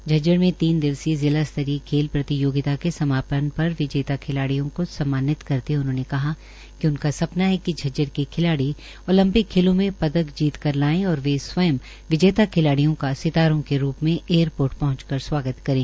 झज्जर में तीन दिवसीय जिला स्तरतीय खेल प्रतियोगिता के समापन पर विजेता खिलाड्यियों को सम्मानित करते हुए उन्होंने कहा कि उनका सपना है कि झज्जर के खिलाड़ी ओलपिंक खेलों में पदक जीतकर लाए और वे स्वयं विजेता खिलाडियों का सितारों के रूप में एयरपोर्ट पहंचकर स्वागत करें